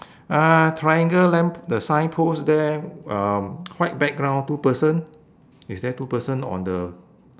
uh triangle lamp the signpost there um white background two person is there two person on the